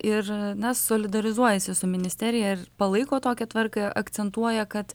ir na solidarizuojasi su ministerija ir palaiko tokią tvarką akcentuoja kad